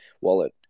wallet